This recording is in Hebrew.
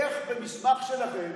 איך במסמך שלכם